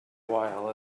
while